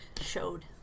showed